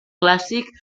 clàssic